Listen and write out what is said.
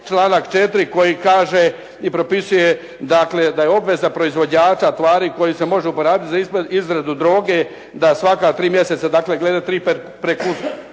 članak 4. koji kaže i propisuje da je obveza proizvođača tvari koji se može uporabiti za izradu droge, da svaka tri mjeseca, glede tri prekursora